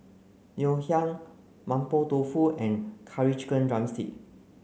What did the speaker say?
Ngoh Hiang Mapo Tofu and curry chicken drumstick